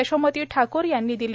यशोमती ठाकूर यांनी दिली